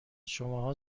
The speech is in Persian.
شماها